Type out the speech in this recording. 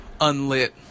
unlit